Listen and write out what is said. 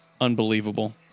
Unbelievable